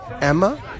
Emma